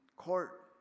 Court